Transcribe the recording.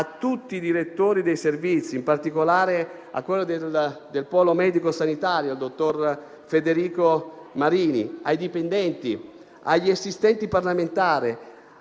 a tutti i direttori dei servizi, in particolare del polo medico sanitario, al dottor Federico Marini, ai dipendenti, agli assistenti parlamentari,